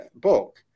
book